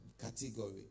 category